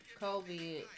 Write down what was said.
COVID